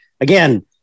again